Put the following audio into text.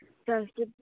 संस्कृतम्